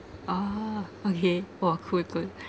ah okay !wah! quite good